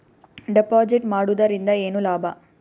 Deposit ಮಾಡುದರಿಂದ ಏನು ಲಾಭ?